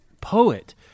poet